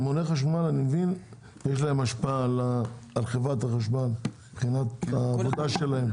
למוני החשמל יש השפעה על חברת החשמל מבחינת העבודה שלהם,